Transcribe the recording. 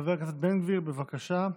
חבר הכנסת בן גביר, בבקשה,